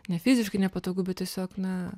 ne fiziškai nepatogu bet tiesiog na